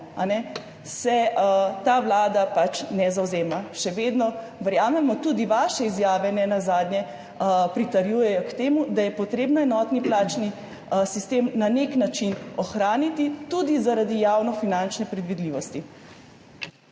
se ta vlada pač ne zavzema. Še vedno verjamemo, tudi vaše izjave nenazadnje pritrjujejo temu, da je potrebno enotni plačni sistem na nek način ohraniti, tudi zaradi javnofinančne predvidljivosti.